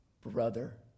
Brother